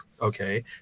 okay